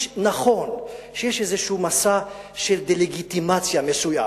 נכון שיש איזה מסע של דה-לגיטימציה מסוים.